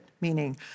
meaning